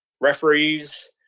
referees